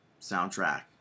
soundtrack